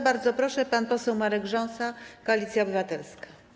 Bardzo proszę, pan poseł Marek Rząsa, Koalicja Obywatelska.